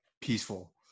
peaceful